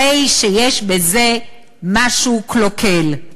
הרי שיש בזה משהו קלוקל.